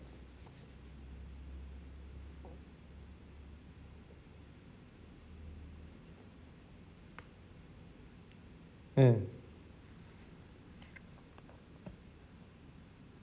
mm